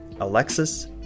Alexis